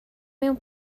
mewn